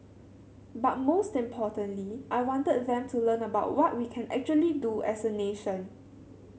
but most importantly I wanted them to learn about what we can actually do as a nation